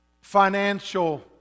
financial